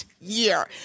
year